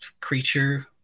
creature